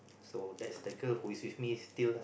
so that's the girl who is with me still lah